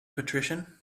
patrician